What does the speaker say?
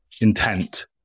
intent